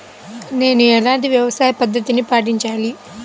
నేను ఎలాంటి వ్యవసాయ పద్ధతిని పాటించాలి?